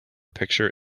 picture